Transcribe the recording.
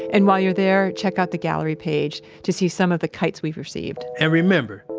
and, while you're there, check out the gallery page to see some of the kites we've received and remember,